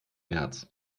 märz